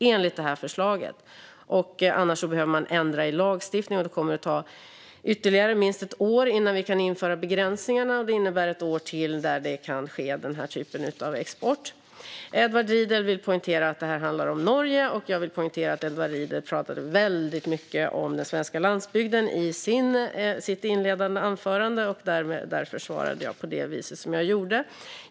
Annars behöver lagstiftningen ändras, och då kommer det att ta ytterligare minst ett år innan vi kan införa begränsningarna, och det innebär ett år till då den här typen av export kan ske. Edward Riedl vill poängtera att det här handlar om Norge, och jag vill poängtera att Edward Riedl pratade väldigt mycket om den svenska landsbygden i sitt inledande anförande. Därmed svarade jag på det vis som jag gjorde.